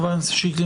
חבר הכנסת שיקלי,